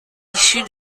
issu